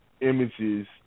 images